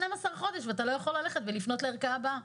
החודשים ואתה לא יכול לפנות לערכאה הבאה.